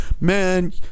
Man